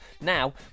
Now